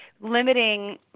limiting